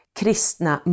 kristna